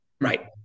right